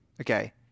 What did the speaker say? Okay